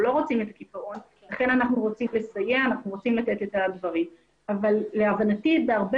אנחנו רוצים לסייע ולתת את הדברים אבל להבנתי בהרבה